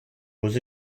was